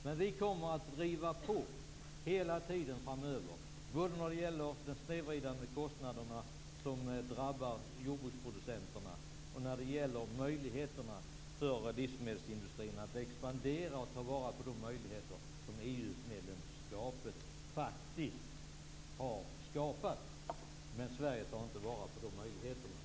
Men vi kommer att driva på hela tiden framöver både när det gäller de snedvridande kostnaderna, som drabbar jordbruksproducenterna, och när det gäller möjligheterna för livsmedelsindustrin att expandera och ta vara på de möjligheter som EU-medlemskapet har skapat. Men Sverige tar inte vara på de möjligheterna.